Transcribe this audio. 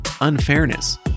unfairness